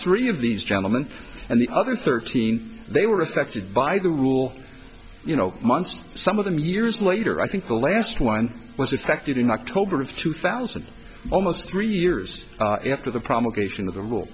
three of these gentlemen and the other thirteen they were affected by the rule you know months some of them years later i think the last one was expected in october of two thousand almost three years after the provocation of the rule